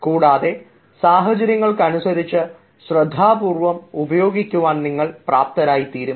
കൂടാതെ സാഹചര്യങ്ങൾക്കനുസരിച്ച് ശ്രദ്ധാപൂർവ്വം ഉപയോഗിക്കുവാൻ പ്രാപ്തരായിത്തീരും